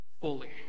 fully